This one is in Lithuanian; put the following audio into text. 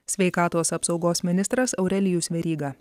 sveikatos apsaugos ministras aurelijus veryga